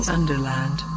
Underland